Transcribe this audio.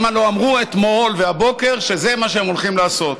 הם הלוא אמרו אתמול והבוקר שזה מה שהם הולכים לעשות.